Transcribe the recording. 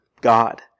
God